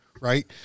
right